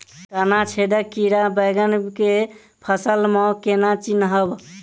तना छेदक कीड़ा बैंगन केँ फसल म केना चिनहब?